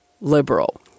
liberal